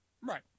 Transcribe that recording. Right